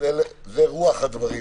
זו רוח הדברים,